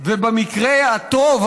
במקרה הטוב,